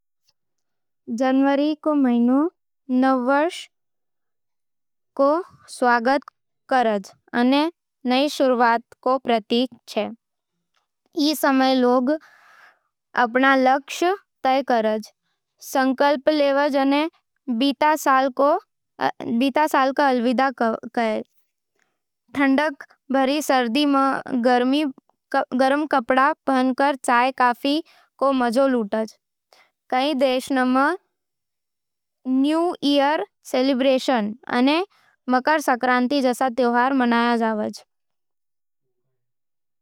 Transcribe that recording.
जनवरी रो महीनो नववर्ष रो स्वागत कर करज अने नई शुरुआत रो प्रतीक होवे। ई समय लोग अपन लक्ष्य तय करै, संकल्प लेवे अने बीते साल रो अलविदा कहे। ठंडक भरी सर्दी में, गर्म कपड़ा पहरके चाय-कॉफी रो मजो लूटे। कई देशों में न्यू ईयर सेलिब्रेशन अने मकर संक्रांति जैसे त्यौहार मनावै जावे।